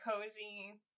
Cozy